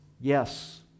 Yes